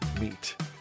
meet